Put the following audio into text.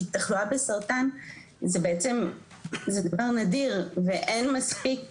כי תחלואה בסרטן זה בעצם זה דבר נדיר ואין מספיק